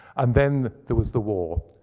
and then there was the war.